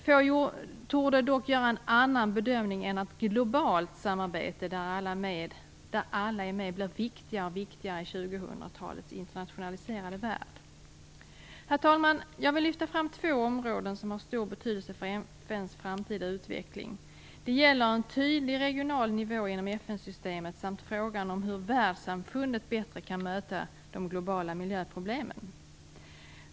Få torde dock göra en annan bedömning än att globalt samarbete - där alla är med - blir viktigare och viktigare i tjugohundratalets internationaliserade värld. Herr talman! Jag vill lyfta fram två områden som har stor betydelse för FN:s framtida utveckling. Det gäller en tydlig regional nivå inom FN-systemet samt frågan om hur världssamfundet bättre kan möta de globala miljöproblemen.